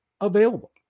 available